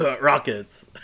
Rockets